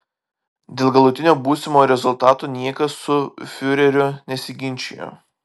dėl galutinio būsimo rezultato niekas su fiureriu nesiginčijo